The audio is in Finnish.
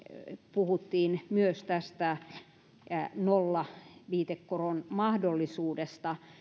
puhuttiin myös nollaviitekoron mahdollisuudesta